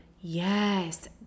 Yes